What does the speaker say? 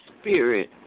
Spirit